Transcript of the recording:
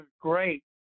great